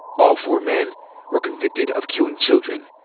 all four men were convicted of killing children.